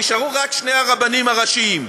נשארו רק שני הרבנים הראשיים.